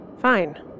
Fine